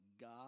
God